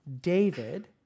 David